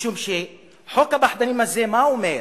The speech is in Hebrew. משום שחוק הפחדנים הזה, מה הוא אומר?